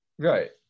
Right